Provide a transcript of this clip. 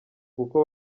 kuko